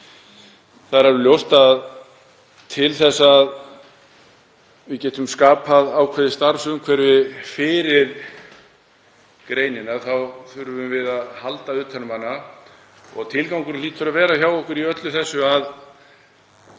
Það er alveg ljóst að til þess að við getum skapað ákveðið starfsumhverfi fyrir greinina þá þurfum við að halda utan um hana. Tilgangurinn hlýtur að vera sá hjá okkur í öllu þessu að